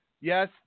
yes